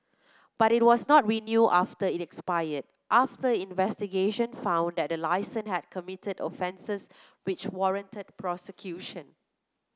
but it was not renew after it expired after investigation found that the had committed offences which warranted prosecution